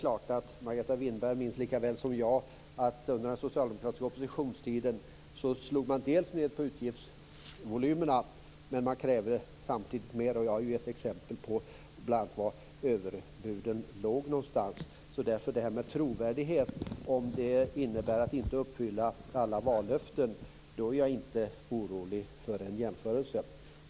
Margareta Winberg minns lika väl som jag att under den socialdemokratiska oppositionstiden slog man ned på utgiftsvolymerna men krävde samtidigt mer. Jag har gett exempel på var överbuden låg någonstans. Om trovärdighet innebär att inte uppfylla alla vallöften är jag inte orolig för en jämförelse.